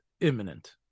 imminent